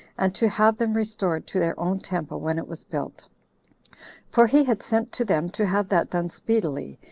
and to have them restored to their own temple, when it was built for he had sent to them to have that done speedily,